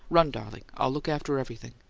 run, darling! i'll look after everything.